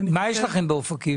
מה יש לכם באופקים?